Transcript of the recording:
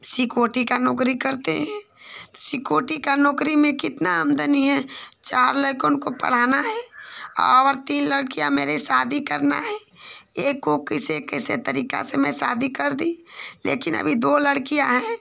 security की नौकरी करते हैं सिकोटी की नौकरी में कितनी आमदनी है चार लड़के को पढ़ाना है और तीन लड़कियाँ मुझको शादी करनी है एक की किसी किसी तरीके से मैं शादी कर दी लेकिन अभी दो लड़कियाँ हैं